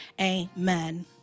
Amen